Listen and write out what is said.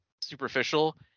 superficial